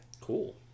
Cool